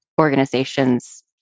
organizations